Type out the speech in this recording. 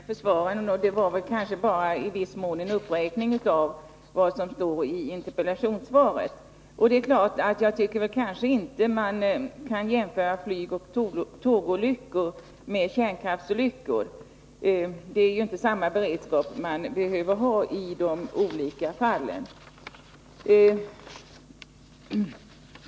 Herr talman! Jag får tacka för det kompletterande svaret. Det var kanske i viss mån bara en upprepning av vad som står i interpellationssvaret. Jag tycker väl inte att man kan jämföra flygoch tågolyckor med kärnkraftsolyckor. Det är ju inte samma beredskap som behövs i de olika fallen.